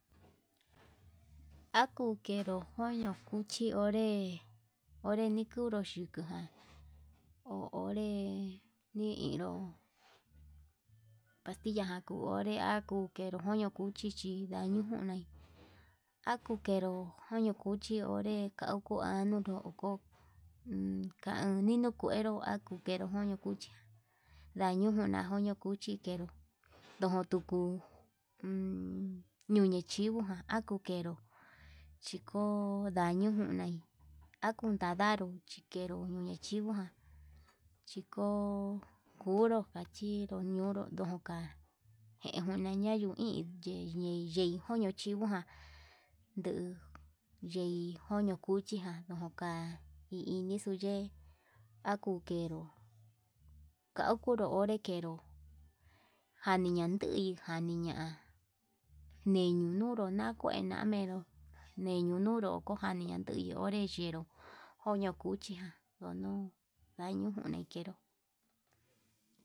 Akukeru koño cuhci onré, onre nikunru xhiko ján ho o onre ni inró pastilla jan kuu onré akuu kenró koño, cuchichi ndaño njunai aku kenru kuño cuchi kau kuandu noko kanino kuenró, akuje koño cuchi ndanujuna kuño cuchi njero ndojo tuku ñuñe chivo ján ha kukenro chiko ndañunai akundadaro chíkenro nichivo ján, chiko kunru jachinro ñoo ñunro ndunka, ejuna nayuu hi ndei niyei koño chivo ján nduu yei koño cuchijan joka i inixu yee akukero kaukunru onré kenro, jani yandui yaniña ninuñunru nakue ña'a ñenro ndeniunuru kojan niñan nduru te yenro koño cuchijan nuu ndaño njuni keró.